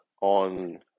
on